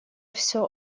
всё